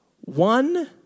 One